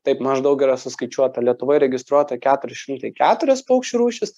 taip maždaug yra suskaičiuota lietuvoj registruota keturi šimtai keturios paukščių rūšys